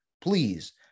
please